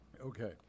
Okay